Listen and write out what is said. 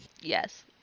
Yes